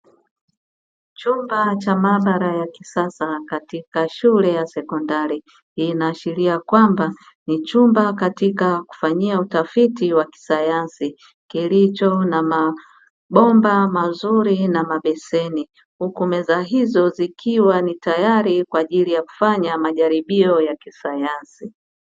Chumba cha maabara ya kisasa katika shule ya sekondari, inaashiria kwamba ni chumba katika kufanyia utafiti wa kisayansi kilicho na mabomba mazuri na mabeseni, huku meza hizo zikiwa ni tayari kwa ajili ya kufanyia majaribio ya kisayansi.